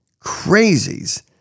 crazies